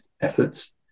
efforts